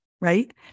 right